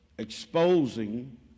Exposing